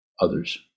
others